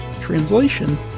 translation